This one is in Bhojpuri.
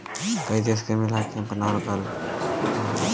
कई देश के मिला के बनावाल गएल रहल